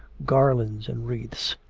garlands and wreaths.